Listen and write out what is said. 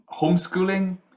homeschooling